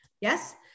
yes